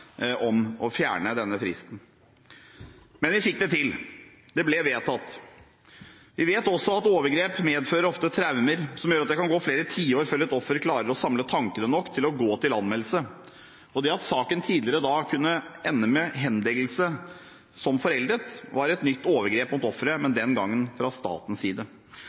om å fjerne denne fristen. Men vi fikk det til, det ble vedtatt. Vi vet også at overgrep ofte medfører traumer, som gjør at det kan gå flere tiår før et offer klarer å samle tankene nok til å gå til anmeldelse. Det at saken tidligere kunne ende med henleggelse, som foreldet, var et nytt overgrep mot offeret, men denne gangen fra statens side.